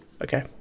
okay